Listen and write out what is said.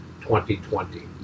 2020